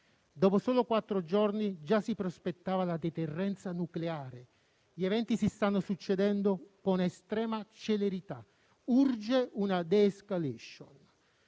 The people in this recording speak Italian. Dopo soli quattro giorni già si prospettava la deterrenza nucleare. Gli eventi si stanno succedendo con estrema celerità. Urge una *de-escalation*,